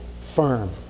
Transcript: firm